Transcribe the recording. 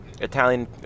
Italian